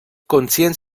conscient